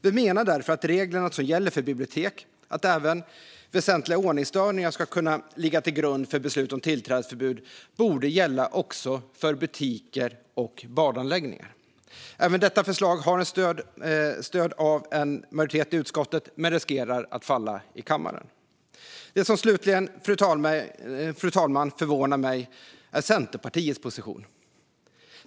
Vi menar därför att reglerna som gäller för bibliotek, att även väsentliga ordningsstörningar ska kunna ligga till grund för beslut om tillträdesförbud, borde gälla också för butiker och badanläggningar. Även detta förslag har stöd av en majoritet i utskottet men riskerar att falla i kammaren. Fru talman! Det som slutligen förvånar mig är Centerpartiets position.